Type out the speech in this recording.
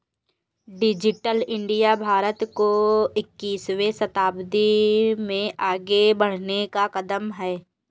digital India Bharat को इक्कीसवें शताब्दी में आगे बढ़ने का कदम है